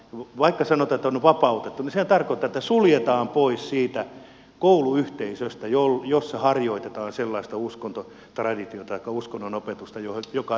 vaikka sanotaan että on vapautettu niin sehän tarkoittaa että suljetaan pois siitä kouluyhteisöstä jossa harjoitetaan sellaista uskontotraditiota tai uskonnonopetusta joka ei heille sovi